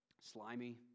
slimy